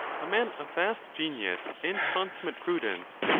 a man of vast genius and consummate prudence,